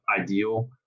ideal